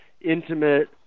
intimate